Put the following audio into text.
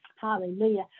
hallelujah